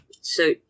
So-